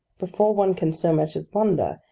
before one can so much as wonder,